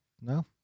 No